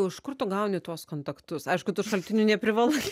o iš kur tu gauni tuos kontaktus aišku tu šaltinių neprivalai